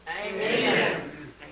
Amen